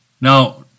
now